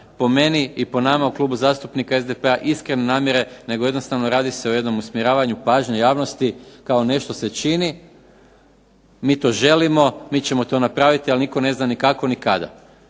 po meni i po nama u Klubu zastupnika SDP-a iskrene namjere nego jednostavno radi se o jednom usmjeravanju pažnje javnosti kao nešto se čini. Mi to želimo, mi ćemo to napraviti, ali nitko ne zna ni kako ni kada.